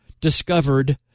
discovered